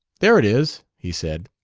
there it is, he said.